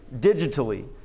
digitally